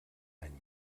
any